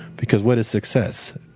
because what is success?